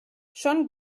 schon